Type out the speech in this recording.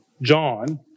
John